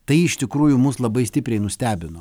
tai iš tikrųjų mus labai stipriai nustebino